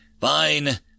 Fine